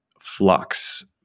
flux